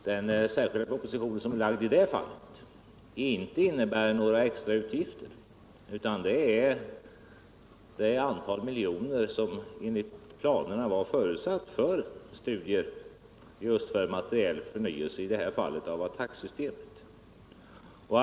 Den särskilda proposition som är lagd i det fallet innebär inte några extra utgifter, utan den omfattar ett antal miljoner som enligt planerna var avsatta till studier för materiell förnyelse, i det här fallet av attacksystemet.